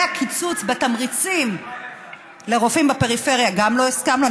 גם לגבי הקיצוץ בתמריצים לרופאים בפריפריה לא הסכמנו,